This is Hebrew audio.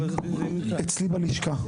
אצלי בלשכה,